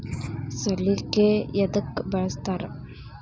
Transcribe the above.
ಸಲಿಕೆ ಯದಕ್ ಬಳಸ್ತಾರ?